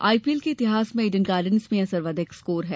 IPL के इतिहास में इडेन गार्डन्स में यह सर्वाधिक स्कोर है